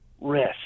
rest